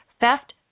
theft